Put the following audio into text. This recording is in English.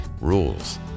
rules